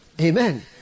Amen